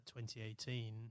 2018